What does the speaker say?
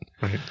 Right